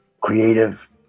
creative